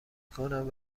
کنم